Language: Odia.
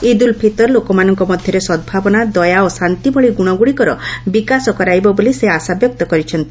ଇଦ ଉଲ୍ ଫିତର୍ ଲୋକମାନଙ୍କ ମଧ୍ୟରେ ସଦ୍ଭାବନା ଦୟା ଓ ଶାନ୍ତି ଭଳି ଗୁଣଗୁଡିକର ବିକାଶ କରାଇବ ବୋଲି ସେ ଆଶାବ୍ୟକ୍ତ କରିଛନ୍ତି